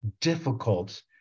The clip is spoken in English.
difficult